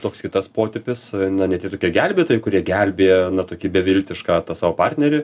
toks kitas potipis na net ir tokie gelbėtojai kurie gelbėja na tokį beviltišką tą savo partnerį